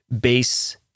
base